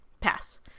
Pass